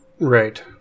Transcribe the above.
Right